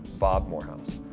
bob morehouse.